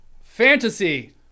fantasy